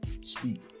speak